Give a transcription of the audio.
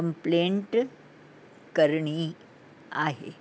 complaint करिणी आहे